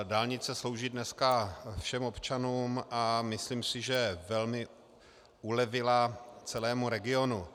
Dálnice slouží dneska všem občanům a myslím si, že velmi ulevila celému regionu.